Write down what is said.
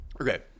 Okay